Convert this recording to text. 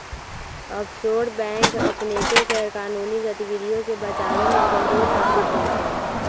offshore bank अपनेके गैरकानूनी गतिविधियों से बचाबे में कमजोर साबित होइ छइ